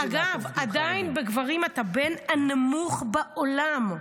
עדיין, בגברים אתה בין הנמוכים בעולם,